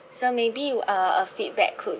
so maybe a a feedback could